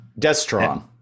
destron